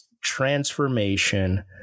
transformation